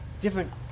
different